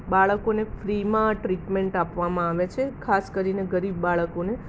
બાળકોને ફ્રીમાં ટ્રીટમેન્ટ આપવામાં આવે છે ખાસ કરીને ગરીબ બાળકોને